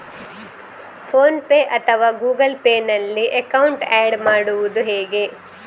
Phone pay ಅಥವಾ Google Pay ನಲ್ಲಿ account add ಮಾಡುವುದು ಹೇಗೆ?